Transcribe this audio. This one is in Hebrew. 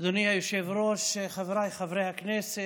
אדוני היושב-ראש, חבריי חברי הכנסת,